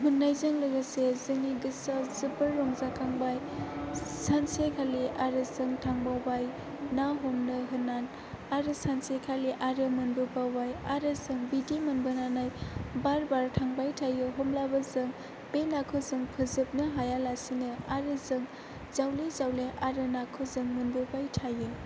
मोननायजों लोगोसे जोंनि गोसोआ जोबोद रंजाखांबाय सानसेखालि आरो जों थांबावबाय ना हमनो होनना आरो सानसेखालि आरो मोनबोबावबाय आरो जों बिदि मोनबोनानै बार बार थांबाय थायो अब्लाबो जों बे नाखौ जों फोजोबनो हायालासिनो आरो जों जावले जावले आरो नाखौ जों मोनबोबाय थायो